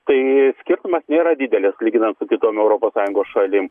tai skirtumas nėra didelis lyginant su kitom europos sąjungos šalim